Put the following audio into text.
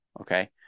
okay